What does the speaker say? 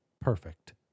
Perfect